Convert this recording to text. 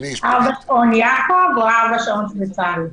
לחדד בנושא המגבלות שחלות עד ה-7 באוקטובר על הפגנות,